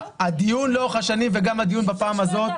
הדיון לאורך השנים, וגם הדיון בפעם הזאת,